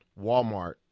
Walmart